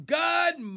good